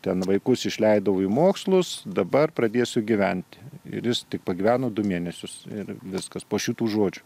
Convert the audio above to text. ten vaikus išleidau į mokslus dabar pradėsiu gyventi ir jis tik pagyveno du mėnesius ir viskas po šitų žodžių